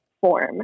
form